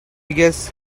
guess